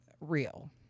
real